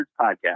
podcast